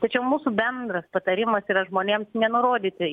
tačiau mūsų bendras patarimas yra žmonėms nenurodyti